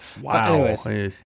Wow